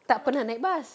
tak pernah naik bas